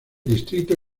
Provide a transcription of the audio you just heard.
distrito